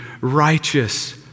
righteous